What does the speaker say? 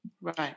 Right